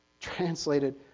translated